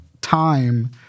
time